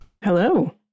Hello